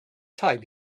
time